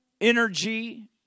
energy